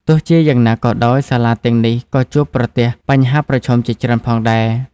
ទោះជាយ៉ាងណាក៏ដោយ សាលាទាំងនេះក៏ជួបប្រទះបញ្ហាប្រឈមជាច្រើនផងដែរ។